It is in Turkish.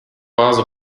bazı